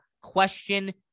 question